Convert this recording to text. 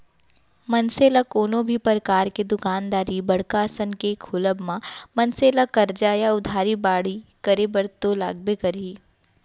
मनसे ल कोनो भी परकार के दुकानदारी बड़का असन के खोलब म मनसे ला करजा या उधारी बाड़ही करे बर तो लगबे करही